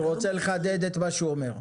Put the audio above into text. אני רוצה לחדד את מה שהוא אומר.